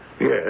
Yes